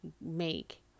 make